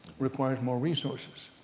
requires more resources.